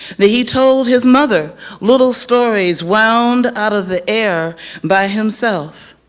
that he told his mother little stories wound out of the air by himself.